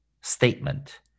statement